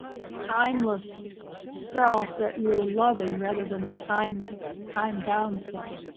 the timeless self that you're loving rather than the time time bound so